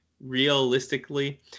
realistically